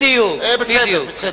זה בסדר.